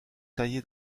taillé